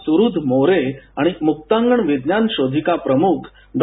सुहद मोरे आणि मुकांगण विज्ञान शोधिका प्रमुख डॉ